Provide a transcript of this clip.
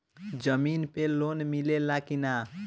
जमीन पे लोन मिले ला की ना?